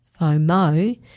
FOMO